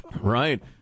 Right